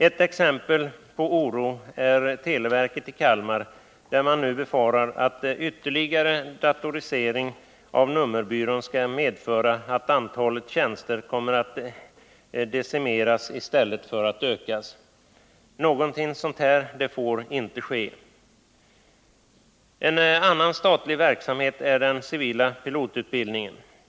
Ett exempel på sådant som skapar oro är att man nu befarar att en ytterligare datorisering av nummerbyrån inom televerket i Kalmar skall medföra att antalet tjänster kommer att minskas i stället för att ökas. Någonting sådant får inte ske. En annan statlig verksamhet är den civila pilotutbildningen.